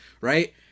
right